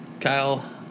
Kyle